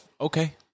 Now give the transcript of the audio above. okay